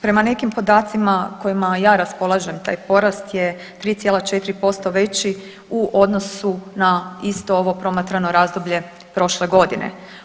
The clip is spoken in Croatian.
Prema nekim podacima kojima ja raspolažem taj porast je 3,4% veći u odnosu na isto ovo promatrano razdoblje prošle godine.